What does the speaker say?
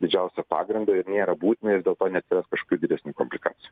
didžiausio pagrindo ir nėra būtina ir dėl to neatsiras kažkokių didesnių komplikacijų